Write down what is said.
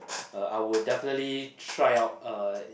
uh I will definitely try out uh